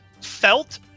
felt